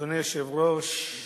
אדוני היושב-ראש,